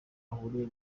ahuriye